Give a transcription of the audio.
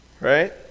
right